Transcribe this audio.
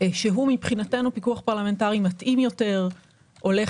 שהוא מבחינתנו פיקוח פרלמנטרי מתאים יותר שהולך